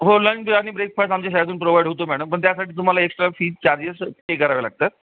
हो लंच आणि ब्रेकफास् आमच्या शाळेतून प्रोव्हाईड होतो मॅडम पण त्यासाठी तुम्हाला एक्स्ट्रा फी चार्जेस पे करावे लागतात